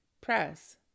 press